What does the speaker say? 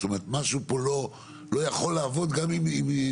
זאת אומרת משהו פה לא יכול לעבוד גם אם תרצו.